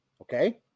Okay